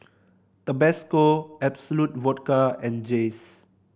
Tabasco Absolut Vodka and Jays